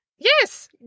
Yes